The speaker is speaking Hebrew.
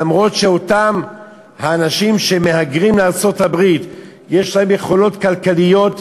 למרות שאותם אנשים שמהגרים לארצות-הברית יש להם יכולות כלכליות,